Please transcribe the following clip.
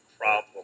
problem